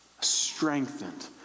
strengthened